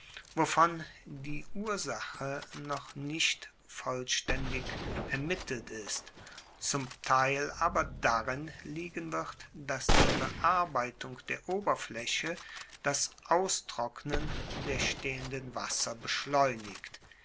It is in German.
wovon die ursache noch nicht vollstaendig ermittelt ist zum teil aber darin liegen wird dass die bearbeitung der oberflaeche das austrocknen der stehenden waesser beschleunigt